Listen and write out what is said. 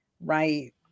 right